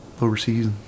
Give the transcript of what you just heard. overseas